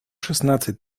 шестнадцать